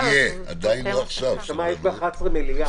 עדיין לא עכשיו ------ נשמה, יש ב-11 מליאה.